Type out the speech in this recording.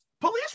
police